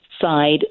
side